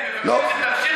תמשיך